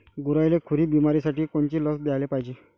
गुरांइले खुरी बिमारीसाठी कोनची लस द्याले पायजे?